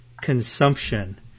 consumption